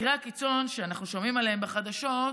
מקרי הקיצון, שאנחנו שומעים עליהם בחדשות,